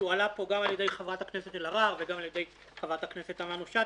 שהועלה פה גם על ידי חברת הכנסת אלהרר וגם על ידי חברת הכנסת תמנו שאטה.